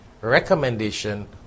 recommendation